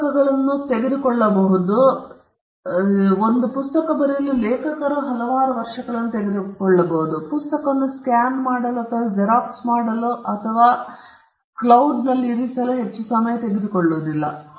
ಪುಸ್ತಕಗಳನ್ನು ತೆಗೆದುಕೊಳ್ಳಬಹುದು ಪುಸ್ತಕವನ್ನು ಬರೆಯಲು ಲೇಖಕರು ಹಲವು ವರ್ಷಗಳನ್ನು ತೆಗೆದುಕೊಳ್ಳಬಹುದು ಪುಸ್ತಕವನ್ನು ಸ್ಕ್ಯಾನ್ ಮಾಡಲು ಮತ್ತು ಇಡೀ ನಕಲಿ ಪುಸ್ತಕದ ಪ್ರತಿಯೊಂದನ್ನೂ ಮೇಘದಲ್ಲಿ ಇರಿಸಲು ಅದು ಹೆಚ್ಚು ತೆಗೆದುಕೊಳ್ಳುವುದಿಲ್ಲ